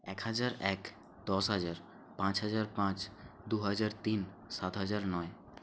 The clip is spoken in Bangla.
এক হাজার এক দশ হাজার পাঁচ হাজার পাঁচ দুহাজার তিন সাত হাজার নয়